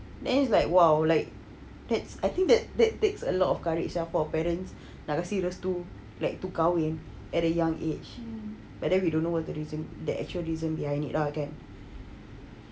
then it's like !wow! like that's I think that's takes a lot of courage ah for parents nak kasih restu like to cover him at the young age but then we don't know what the reason the actual reason behind lah kan